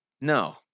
No